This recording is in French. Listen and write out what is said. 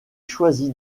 choisi